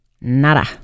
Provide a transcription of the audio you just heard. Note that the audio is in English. Nada